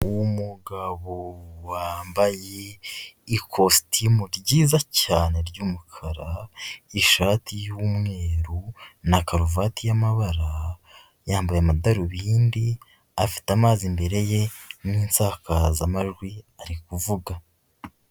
Umugabo wambaye ikositimu ryiza cyane ry'umukara, ishati y'umweru na karuvati y'amabara, yambaye amadarubindi, afite amazi imbere ye, n'insakazamajwi ari kuvuga.